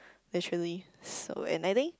naturally so when I think